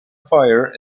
fire